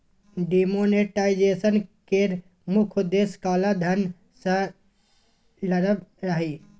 demonetisation केर मुख्य उद्देश्य काला धन सँ लड़ब रहय